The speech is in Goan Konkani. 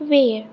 वेळ